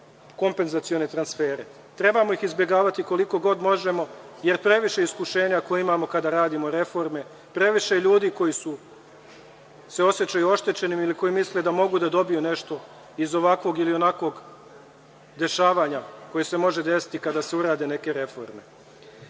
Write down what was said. kompenzacione transfere. Trebamo ih izbegavati koliko god možemo, jer je previše iskušenja koja imamo kada radimo reforme. Previše je ljudi koji se osećaju oštećenim ili koji misle da mogu da dobiju nešto iz ovakvog ili onakvog dešavanja koje se može desiti kada se urade neke reforme. Sve